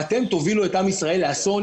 ואתם תובילו את עם ישראל לאסון,